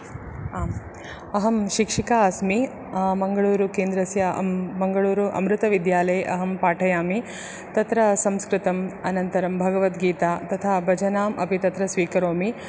आम् अहं शिक्षिका अस्मि मंगलूरुकेन्द्रस्य मंगळूरु अमृतविद्यालये अहं पाठयामि तत्र संस्कृतम् अनन्तरं भगवद्गीता तथा भजनाम् अपि तत्र स्वीकरोमि